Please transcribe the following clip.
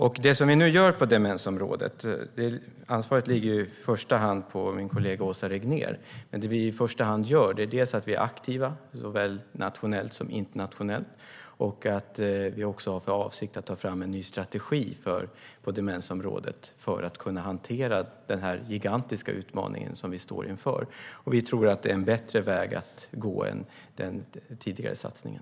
Det som vi nu framför allt gör på demensområdet - ansvaret ligger i första hand på min kollega Åsa Regnér - är att vi är aktiva såväl nationellt som internationellt och att vi har för avsikt att ta fram en ny strategi på demensområdet för att kunna hantera denna gigantiska utmaning som vi står inför. Vi tror att det är en bättre väg att gå än den tidigare satsningen.